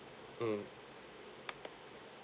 mm